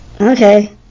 Okay